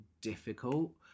difficult